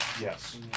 Yes